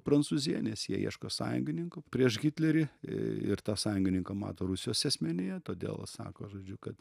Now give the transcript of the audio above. prancūzija nes jie ieško sąjungininko prieš hitlerį ir tą sąjungininką mato rusijos asmenyje todėl sako žodžiu kad